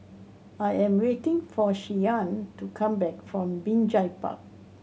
I am waiting for Shyanne to come back from Binjai Park